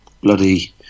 bloody